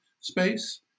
space